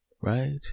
Right